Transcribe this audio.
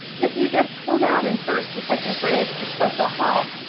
if you get pulled out in first and second grade for special help,